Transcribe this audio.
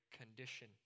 condition